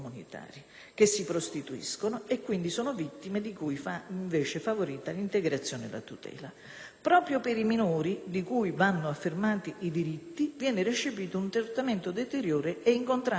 Proprio per i minori, di cui vanno affermati i diritti, viene recepito un trattamento deteriore e in contrasto con la direttiva n. 38 del 2004, già recepita con il decreto legislativo n. 30